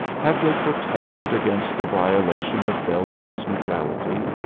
have they protested against the violation of belgium's neutrality?